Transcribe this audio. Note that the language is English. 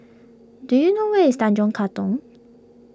do you know where is Tanjong Katong